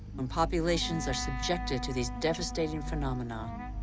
when populations are subjected to these devastating phenomena,